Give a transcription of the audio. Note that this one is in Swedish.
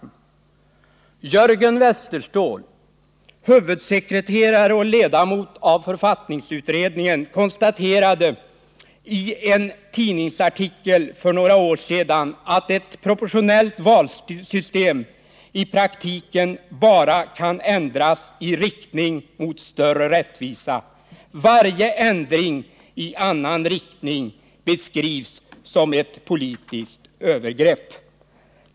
Jörgen Westerståhl — huvudsekreterare i och ledamot av författningsutredningen — konstaterade i en tidningsartikel för några år sedan att ett proportionellt valsystem i praktiken bara kan ändras i riktning mot större rättvisa. Varje ändring i annan riktning beskrivs som ett politiskt övergrepp.